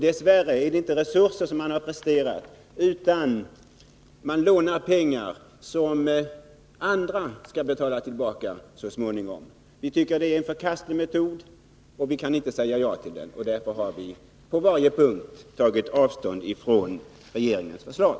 Dess värre är det inte heller resurser man har presterat, utan man lånar pengar som andra skall betala tillbaka så småningom. Vi tycker detta är en förkastlig metod, och vi kan inte säga ja till den. Därför har vi på varje punkt tagit avstånd från regeringens förslag.